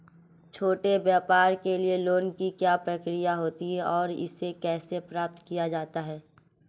छोटे व्यापार के लिए लोंन की क्या प्रक्रिया होती है और इसे कैसे प्राप्त किया जाता है?